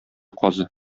казы